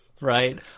Right